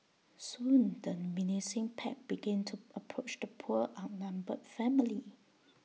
soon the menacing pack began to approach the poor outnumbered family